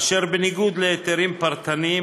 אשר בניגוד להיתרים פרטניים,